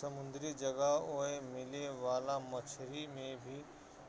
समुंदरी जगह ओए मिले वाला मछरी में भी